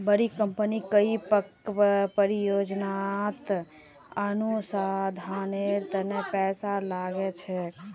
बड़ी कंपनी कई परियोजनात अनुसंधानेर तने पैसा लाग छेक